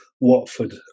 Watford